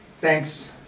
Thanks